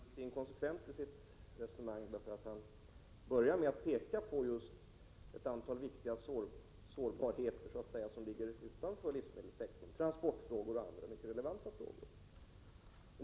Herr talman! Lennart Brunander är kanske något inkonsekvent i sitt resonemang. Han börjar med att peka på ett antal betydelsefulla sårbarheter som ligger utanför livsmedelssektorn, inom transportsektorn och andra mycket relevanta områden.